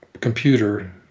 computer